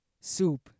Soup